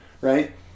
right